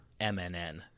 MNN